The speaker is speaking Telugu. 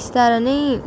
ఇస్తారని